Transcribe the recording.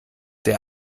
der